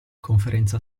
conferenza